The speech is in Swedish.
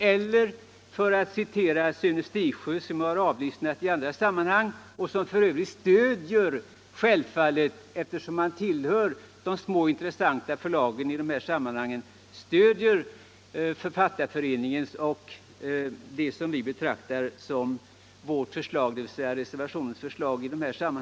Jag vill citera Sune Stigsjö, som jag har avlyssnat i andra sammanhang och som f. ö. stöder — självfallet, eftersom han tillhör de små förlag som är intressanta i dessa sammanhang — Författarföreningens förslag och vårt förslag, dvs. reservationen.